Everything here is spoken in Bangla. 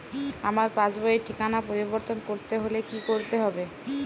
আমার পাসবই র ঠিকানা পরিবর্তন করতে হলে কী করতে হবে?